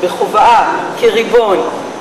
בכובעה כריבון,